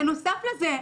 בנוסף לזה,